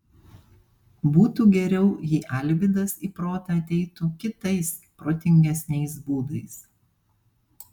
būtų geriau jei alvydas į protą ateitų kitais protingesniais būdais